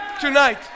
tonight